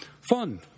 fun